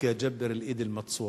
בקי יג'בּר אל-איד אל-מכּסורה.